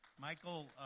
Michael